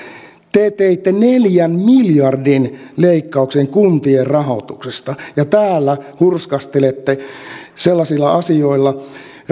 te teitte neljän miljardin leikkauksen kuntien rahoituksesta ja täällä hurskastelette sellaisilla asioilla